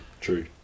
True